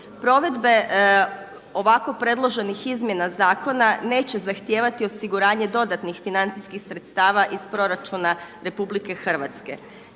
Provedbe ovako predloženih izmjena zakona neće zahtijevati osiguranje dodatnih financijskih sredstava iz proračuna RH.